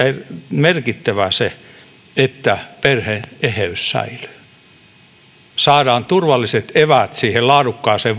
merkittävää että perheen eheys säilyy saadaan turvalliset eväät siihen laadukkaaseen